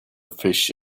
fish